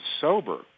sober